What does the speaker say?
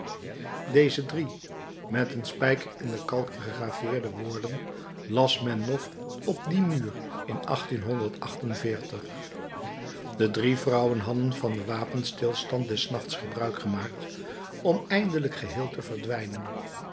deze drie met een spijker in de kalk gegraveerde woorden las men nog op dien muur in de drie vrouwen hadden van den wapenstilstand des nachts gebruik gemaakt om eindelijk geheel te verdwijnen